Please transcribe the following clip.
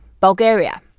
Bulgaria